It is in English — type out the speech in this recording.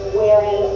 wherein